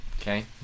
Okay